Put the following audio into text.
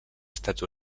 estats